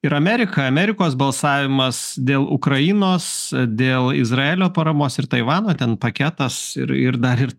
ir amerika amerikos balsavimas dėl ukrainos dėl izraelio paramos ir taivano ten paketas ir ir dar ir